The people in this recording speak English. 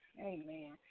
Amen